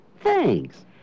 Thanks